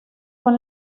con